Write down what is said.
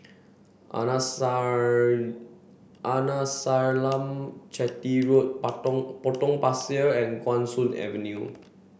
Arnasalam Chetty Road Potong Pasir and Guan Soon Avenue